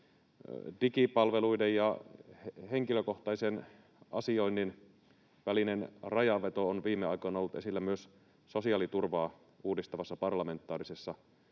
digipalveluiden ja henkilökohtaisen asioinnin välinen rajanveto on viime aikoina ollut esillä myös sosiaaliturvaa uudistavassa parlamentaarisessa komiteassa.